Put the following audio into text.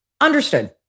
Understood